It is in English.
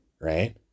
right